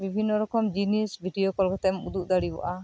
ᱵᱤᱵᱷᱤᱱᱱᱚ ᱨᱚᱠᱚᱢ ᱡᱤᱱᱤᱥ ᱵᱷᱤᱰᱭᱳ ᱠᱚᱞ ᱠᱟᱛᱮᱢ ᱩᱫᱩᱜ ᱫᱟᱲᱮᱭᱟᱜᱼᱟ